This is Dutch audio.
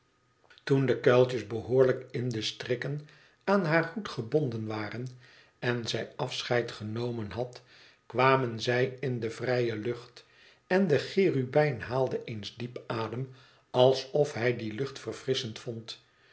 toen de kuiltjes behoorlijk in de strikken aan haar hoed gebonden waren en zij afecheid genomen had kwamen zij in de vrije lucht en de cherubijn haalde eens diep adem alsof hij die lucht verfrisschend vond